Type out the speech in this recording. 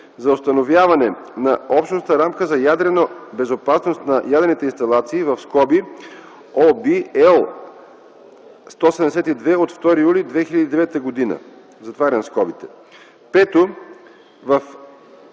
за установяване на общностна рамка за ядрена безопасност на ядрените инсталации (ОВ, L 172 от 2 юли 2009 г.).”